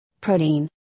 protein